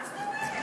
מה זאת אומרת?